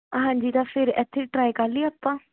ਹਾਂਜੀ ਤਾਂ ਫਿਰ ਇੱਥੇ ਟਰਾਈ ਕਰ ਲਈਏ ਆਪਾਂ